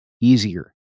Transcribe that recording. easier